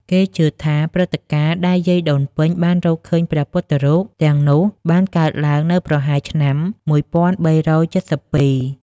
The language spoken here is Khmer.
គេជឿថា ព្រឹត្តិការណ៍ដែលយាយដូនពេញបានរកឃើញព្រះពុទ្ធរូបទាំងនោះបានកើតឡើងនៅប្រហែលឆ្នាំ ១៣៧២។